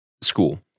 school